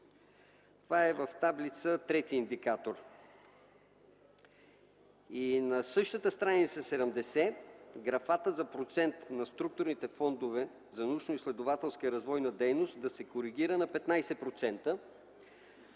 Това е в таблица – трети индикатор. На същата страница 70: графата за процент на структурните фондове за научноизследователска и развойна дейност да се коригира на 15%,